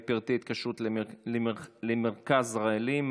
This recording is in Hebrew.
פרטי התקשרות למרכז רעלים),